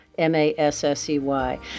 M-A-S-S-E-Y